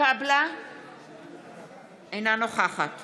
אינה נוכחת